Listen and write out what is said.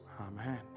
Amen